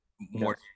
More